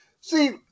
See